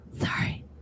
Sorry